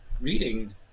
reading